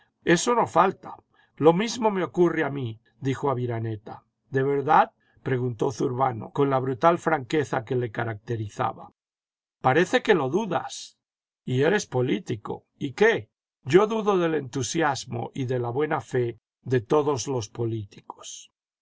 eso no falta lo mismo me ocurre a mí dijo aviraneta de verdad preguntó zurbano con la brutal franqueza que le caracterizaba parece que lo dudas i y eres político iy qué yo dudo del entusiasmo y de la buena fe de todos los políticos